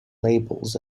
labels